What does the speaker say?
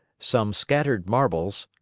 some scattered marbles,